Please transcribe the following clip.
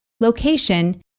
location